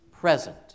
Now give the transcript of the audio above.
present